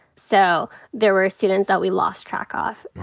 so there were students that we lost track ah of.